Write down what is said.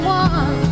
one